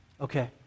Okay